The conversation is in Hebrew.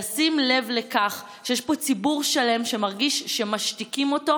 לשים לב לכך שיש פה ציבור שלם שמרגיש שמשתיקים אותו,